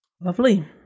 Lovely